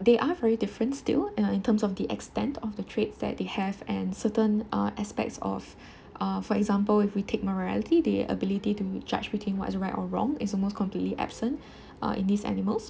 they are very different still uh in terms of the extent of the traits that they have and certain uh aspects of uh for example if we take morality the ability to judge between what is right or wrong is almost completely absent uh in this animal